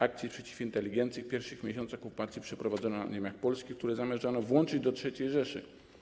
Akcję przeciw inteligencji w pierwszych miesiącach okupacji przeprowadzono na ziemiach polskich, które zamierzano włączyć do III Rzeszy.